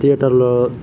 థియేటర్లో